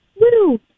woo